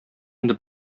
инде